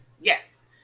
Yes